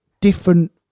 different